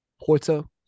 Porto